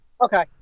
Okay